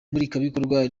murikabikorwa